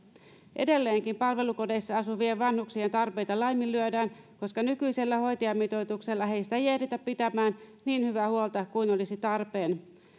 edelleenkin palvelukodeissa asuvien vanhuksien tarpeita laiminlyödään koska nykyisellä hoitajamitoituksella heistä ei ehditä pitämään niin hyvää huolta kuin olisi tarpeen